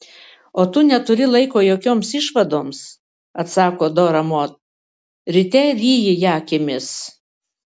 o tu neturi laiko jokioms išvadoms atsako dora mod ryte ryji ją akimis